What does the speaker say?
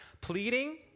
pleading